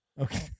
okay